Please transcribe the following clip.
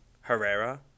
Herrera